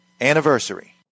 anniversary